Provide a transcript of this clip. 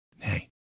Hey